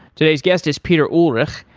today's guest is peter ullrich,